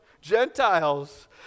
Gentiles